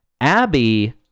Abby